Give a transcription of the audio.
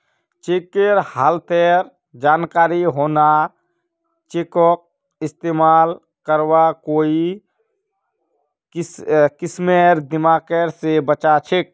चेकेर हालतेर जानकारी होना चेकक इस्तेमाल करवात कोई किस्मेर दिक्कत से बचा छे